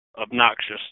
obnoxious